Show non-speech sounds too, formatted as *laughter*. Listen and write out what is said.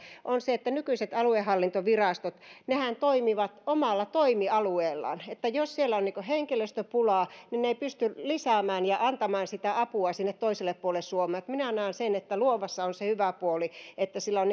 on se että nykyiset aluehallintovirastot toimivat omalla toimialueellaan eli jos siellä on henkilöstöpulaa niin ne eivät pysty lisäämään ja antamaan sitä apua toiselle puolelle suomea minä näen sen että luovassa on se hyvä puoli että sillä on *unintelligible*